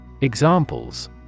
Examples